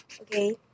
Okay